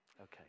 okay